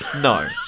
No